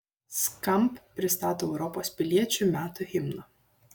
skamp pristato europos piliečių metų himną